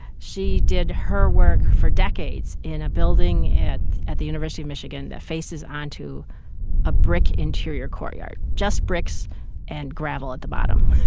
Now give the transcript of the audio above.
she did her work for decades in a building at at the university of michigan that faces onto a brick interior courtyard just bricks and gravel at the bottom.